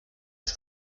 als